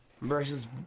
versus